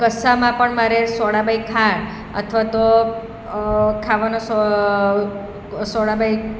કશામાં પણ મારે સોડા બાયખાર અથવા તો ખાવાનો સોડા બાય